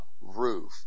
roof